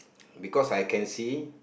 because I can see